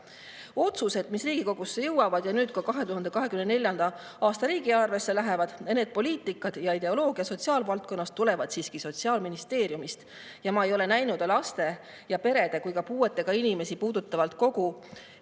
Otsused, mis Riigikogusse jõuavad ja nüüd ka 2024. aasta riigieelarvesse lähevad, need poliitikad ja ideoloogia sotsiaalvaldkonnas tulevad siiski Sotsiaalministeeriumist. Ma ei ole näinud nii lapsi ja peresid kui ka puuetega inimesi puudutavat või